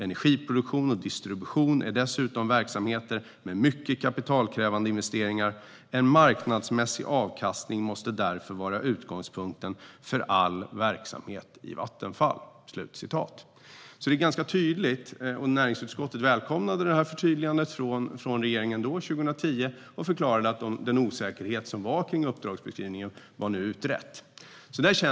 Energiproduktion och distribution är dessutom verksamheter med mycket kapitalkrävande investeringar. En marknadsmässig avkastning måste därför vara utgångspunkten för all verksamhet i Vattenfall." Detta är ganska tydligt, och näringsutskottet välkomnade förtydligandet från regeringen 2010 och förklarade att den osäkerhet som fanns kring uppdragsbeskrivningen var utredd.